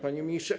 Panie Ministrze!